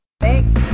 thanks